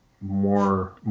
more